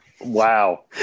Wow